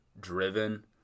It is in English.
driven